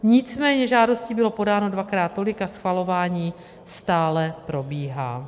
Nicméně žádostí bylo podáno dvakrát tolik a schvalování stále probíhá.